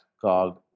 called